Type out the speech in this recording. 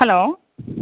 hello